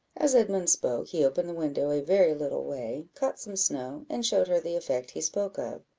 as edmund spoke, he opened the window a very little way, caught some snow, and showed her the effect he spoke of.